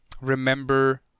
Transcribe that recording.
remember